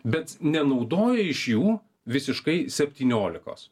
bet nenaudoja iš jų visiškai septyniolikos